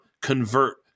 convert